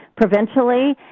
provincially